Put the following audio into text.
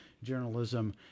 journalism